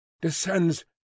descends